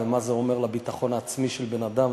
ומה זה אומר לביטחון העצמי של בן-אדם,